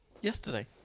Yesterday